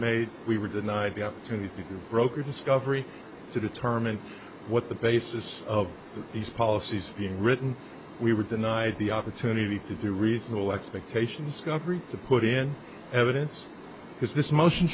made we were denied the opportunity to broker discovery to determine what the basis of these policies being written we were denied the opportunity to do reasonable expectations coverage to put in evidence because this motion